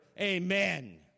Amen